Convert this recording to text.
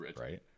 right